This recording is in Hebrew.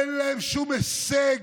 אין להם שום הישג,